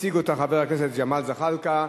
הציג אותה חבר הכנסת ג'מאל זחאלקה.